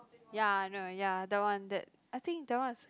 ya I know ya the one that I think that one is